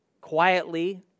quietly